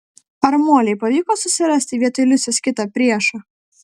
ar molei pavyko susirasti vietoj liusės kitą priešą